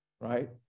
right